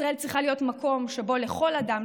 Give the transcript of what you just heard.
ישראל צריכה להיות מקום שבו לכל אדם,